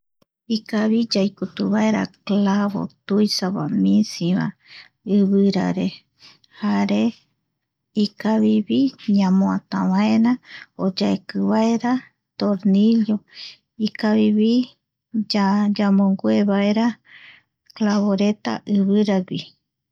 Ikavi yaikutu vaera clavo tuisvaa, misivae, ivirare, jare ikavivi jare ikavivi ñamoata vaera o yaekivaera tornillo ikavivi yamongue vaera clavoreta iviragui